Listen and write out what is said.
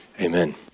Amen